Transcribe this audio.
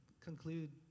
conclude